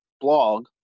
blog